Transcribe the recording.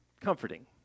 Comforting